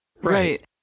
Right